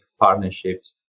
partnerships